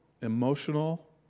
emotional